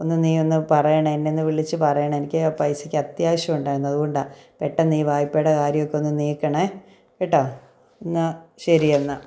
ഒന്ന് നീയൊന്ന് പറയണെ എന്നെയൊന്ന് വിളിച്ച് പറയണം എനിക്ക് പൈസയ്ക്ക് അത്യാവശ്യമുണ്ടായിരുന്നു അതുകൊണ്ടാണ് പെട്ടെന്നീ വായ്പ്പയുടെ കാര്യമൊക്കെയൊന്ന് നോക്കണെ കേട്ടൊ എന്നാല് ശരിയെന്നാല്